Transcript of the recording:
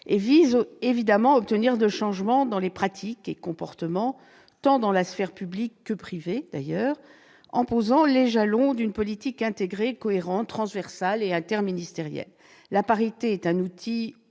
Elle vise à obtenir des changements dans les pratiques et dans les comportements, dans la sphère tant publique que privée, en posant les jalons d'une politique intégrée cohérente, transversale et interministérielle. La parité est un outil